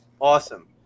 awesome